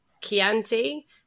Chianti